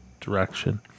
Direction